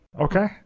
Okay